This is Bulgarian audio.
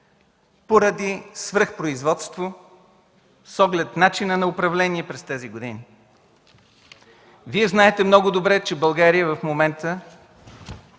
поради свръхпроизводство с оглед начина на управление през тези години. Вие знаете много добре, че България в момента